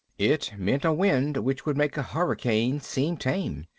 it meant a wind which would make a hurricane seem tame.